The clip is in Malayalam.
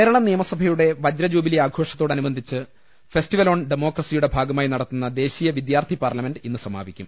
കേരള നിയമസഭയുടെ വജ്രജൂബിലി ആഘോത്തോടനുബ ന്ധിച്ച് ഫെസ്റ്റിവൽ ഓൺ ഡെമോക്രസിയുടെ ഭാഗമായി നടത്തുന്ന ദേശീയ വിദ്യാർത്ഥി പാർലമെന്റ് ഇന്ന് സമാപിക്കും